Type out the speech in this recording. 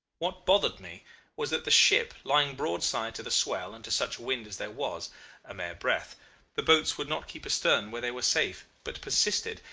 what bothered me was that the ship, lying broadside to the swell and to such wind as there was a mere breath the boats would not keep astern where they were safe, but persisted,